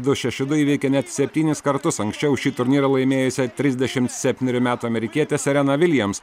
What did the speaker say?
du šeši du įveikė net septynis kartus anksčiau šį turnyrą laimėjusią trisdešim septynerių metų amerikietę sereną viljams